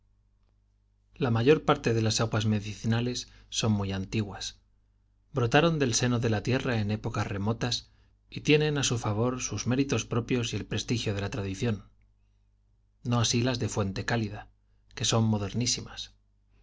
la mayor parte de las aguas medicinales son muy antiguas brotaron del seno de la tierra en épocas remotas y tienen á su favor sus méritos propios y el prestigio de la tradición no así las de fuente cálida que son